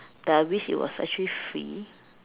that I wish it was actually free